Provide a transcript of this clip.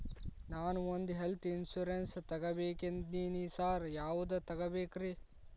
ನಾನ್ ಒಂದ್ health insurance ತಗಬೇಕಂತಿದೇನಿ sir ಯಾವದ ತಗಬೇಕ್ರಿ?